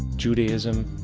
judaism,